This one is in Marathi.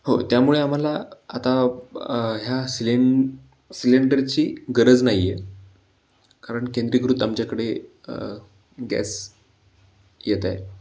हो त्यामुळे आम्हाला आता ह्या सिलें सिलेंडरची गरज नाही आहे कारण केंद्रीकृत आमच्याकडे गॅस येत आहे